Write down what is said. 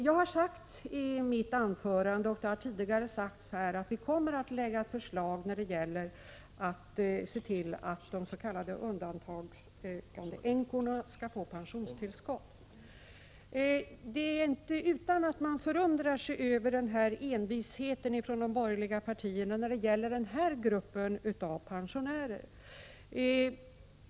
Jag har sagt i mitt anförande — och det har även tidigare sagts här — att vi kommer att lägga fram förslag när det gäller att se till att de s.k. undantagandeänkorna skall få pensionstillskott. Det är inte utan att man blir förundrad över envisheten hos de borgerliga partierna i fråga om den här gruppen av pensionärer.